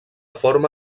forma